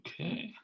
Okay